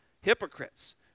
Hypocrites